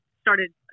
started